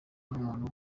umuntu